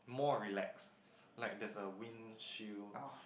more relaxed like there's a windshield